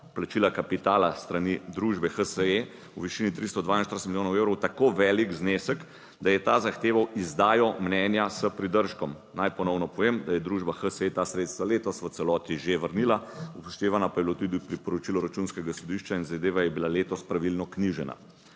plačila kapitala s strani družbe HSE v višini 342 milijonov evrov tako velik znesek, da je ta zahteval izdajo mnenja s pridržkom. Naj ponovno povem, da je družba HSE ta sredstva letos v celoti že vrnila, upoštevano pa je bilo tudi v priporočilu Računskega sodišča in zadeva je bila letos pravilno knjižena.